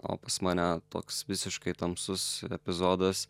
o pas mane toks visiškai tamsus epizodas